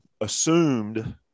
assumed –